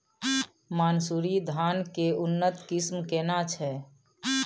मानसुरी धान के उन्नत किस्म केना छै?